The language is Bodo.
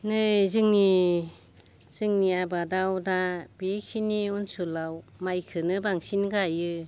नै जोंनि जोंनि आबादाव दा बेखिनि ओनसोलाव माइखोनो बांसिन गायो